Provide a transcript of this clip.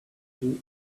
two